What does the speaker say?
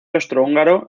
austrohúngaro